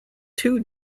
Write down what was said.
two